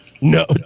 No